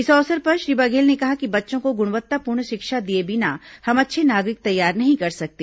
इस अवसर पर श्री बघेल ने कहा कि बच्चों को गुणवत्तापूर्ण शिक्षा दिए बिना हम अच्छे नागरिक तैयार नहीं कर सकते